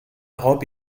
robe